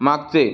मागचे